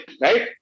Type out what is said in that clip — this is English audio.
Right